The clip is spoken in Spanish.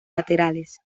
laterales